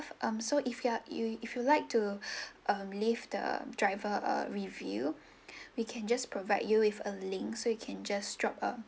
um so if you are you if if you'd like to um leave uh driver a review we can just provide you with a link so you can just drop a